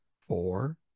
four